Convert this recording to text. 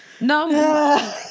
No